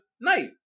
night